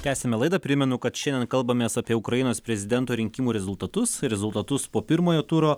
tęsiame laidą primenu kad šiandien kalbamės apie ukrainos prezidento rinkimų rezultatus ir rezultatus po pirmojo turo